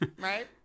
Right